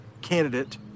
candidate